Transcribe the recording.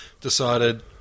decided